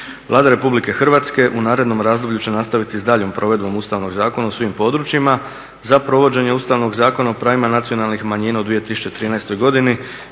Vlada RH u narednom razdoblju će nastaviti s daljnjom provedbom Ustavnog zakona u svim područjima. Za provođenje Ustavnog Zakona o pravima nacionalnih manjina u 2013. godini